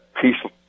peaceful